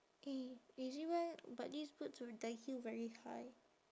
eh ezbuy but these boots uh the heel very high